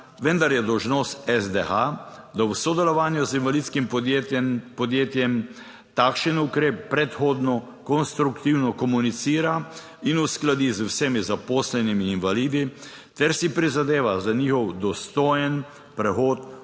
vendar je dolžnost SDH, da v sodelovanju z invalidskim podjetjem, takšen ukrep predhodno konstruktivno komunicira in uskladi z vsemi zaposlenimi invalidi ter si prizadeva za njihov dostojen prehod